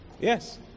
Yes